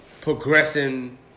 progressing